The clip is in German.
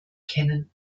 kennen